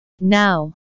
Now